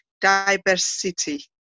diversity